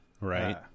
Right